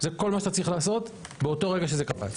זה כל מה שאתה צריך לעשות באותו רגע שזה קפץ.